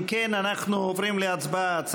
אם כן, אנחנו עוברים להצבעה.